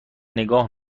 نگاه